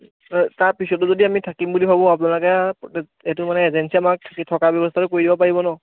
তাৰপিছতো যদি আমি থাকিম বুলি ভাবোঁ আপোনালোকে এইটো মানে এজেন্সিয়ে আমাক থকাৰ ব্যৱস্থাটো কৰি দিব পাৰিব ন